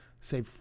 say